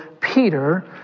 Peter